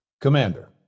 Commander